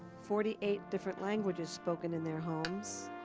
forty eight different languages spoken in their homes.